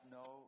no